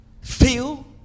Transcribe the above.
feel